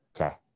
Okay